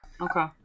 Okay